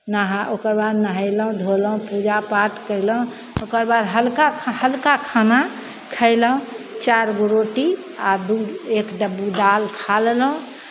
नहा ओकरबाद नहयलहुँ धोलहुँ पूजापाठ कयलहुँ ओकरबाद हल्का ख् हल्का खाना खयलहुँ चारि गो रोटी आ दूध एक डब्बू दालि खा लेलहुँ